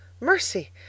Mercy